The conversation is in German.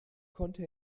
konnte